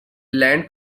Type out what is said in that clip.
land